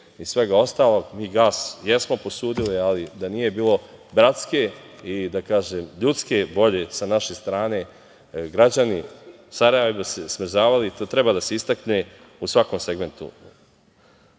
i svega ostalog. Mi gas jesmo posudili, ali da nije bilo bratske i ljudske volje sa naše strane građani Sarajeva bi se smrzavali. To treba da se istakne u svakom segmentu